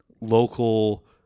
local